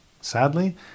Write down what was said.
Sadly